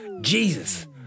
Jesus